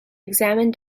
examine